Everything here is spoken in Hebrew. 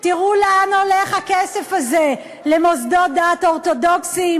תראו לאן הולך הכסף הזה: למוסדות דת אורתודוקסיים,